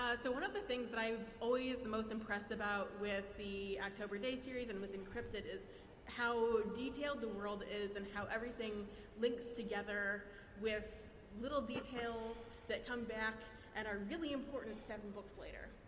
ah so one of the things that i'm always most impressed about with the october day series and with incryptid is how detailed the world is and how everything links together with little details that come back and are really important seven books later.